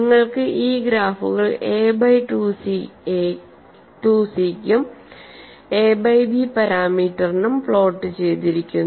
നിങ്ങൾക്ക് ഈ ഗ്രാഫുകൾ എ ബൈ 2 സി യ്ക്കും എ ബൈ ബി പാരാമീറ്ററിനും പ്ലോട്ട് ചെയ്തിരിക്കുന്നു